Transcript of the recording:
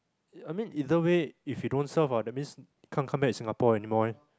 I mean either way if you don't serve ah that means can't come back to Singapore anymore ah